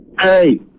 Hey